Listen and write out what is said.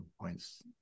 points